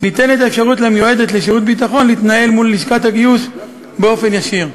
ניתנת האפשרות למיועדת לשירות ביטחון להתנהל מול לשכת הגיוס באופן ישיר.